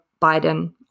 Biden